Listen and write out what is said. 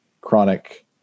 Chronic